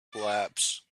collapse